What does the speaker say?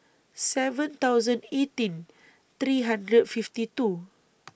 seven hundred eighteen three hundred fifty two